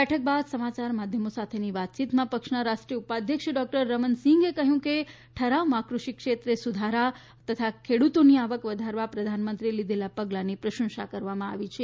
બેઠક બાદ સમાચાર માધ્યમો સાથેની વાતચીતમાં પક્ષના રાષ્ટ્રીય ઉપાધ્યક્ષ ડોકટર રમન સીંઘે કહ્યું કે ઠરાવમાં કૃષિ ક્ષેત્રે સુધારા અને ખેડૂતોની આવક વધારવા પ્રધાનમંત્રીએ લીધેલા પગલાંની પ્રશંસા કરવામાં આવી છે